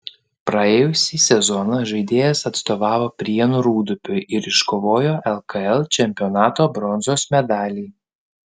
praėjusį sezoną žaidėjas atstovavo prienų rūdupiui ir iškovojo lkl čempionato bronzos medalį